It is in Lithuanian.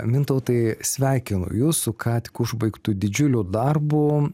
mintautai sveikinu jus su ką tik užbaigtu didžiuliu darbu